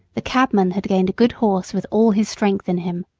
the cabman had gained a good horse with all his strength in him.